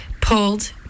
pulled